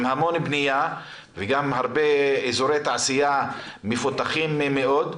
עם המון בנייה וגם הרבה אזורי תעשייה מפותחים מאוד.